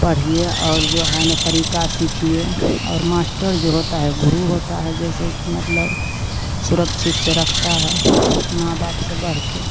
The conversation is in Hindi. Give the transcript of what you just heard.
पढ़िए और जो है ना तरीक़ा सीखिए और माश्टर जो होता है गुरू होता है जैसे कि मतलब सुरक्षित से रखता है माँ बाप से बढ़कर